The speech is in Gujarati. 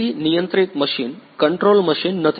નિયંત્રિત મશીન કંટ્રોલ મશીન નથી